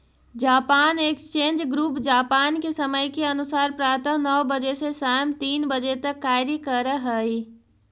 Japan exchange group Japan के समय के अनुसार प्रातः नौ बजे से सायं तीन बजे तक कार्य करऽ हइ